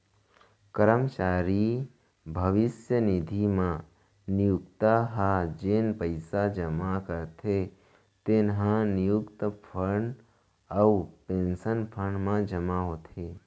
करमचारी भविस्य निधि म नियोक्ता ह जेन पइसा जमा करथे तेन ह नियोक्ता फंड अउ पेंसन फंड म जमा होथे